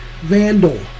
Vandal